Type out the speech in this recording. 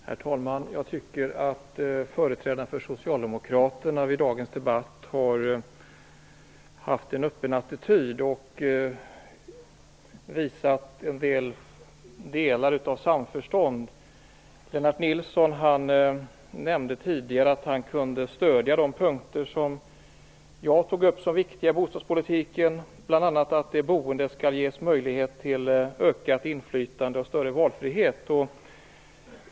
Herr talman! Jag tycker att företrädare för Socialdemokraterna vid dagens debatt har haft en öppen attityd och visat en vilja till samförstånd. Lennart Nilsson nämnde tidigare att han kunde stödja de punkter som jag tog upp som viktiga i bostadspolitiken, bl.a. att de boende skall ges möjlighet till ökat inflytande och större valfrihet.